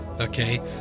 Okay